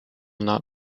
not